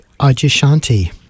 Ajishanti